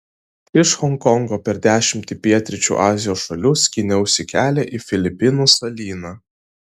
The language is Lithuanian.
iš honkongo per dešimtį pietryčių azijos šalių skyniausi kelią į filipinų salyną